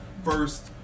first